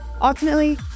Ultimately